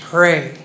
Pray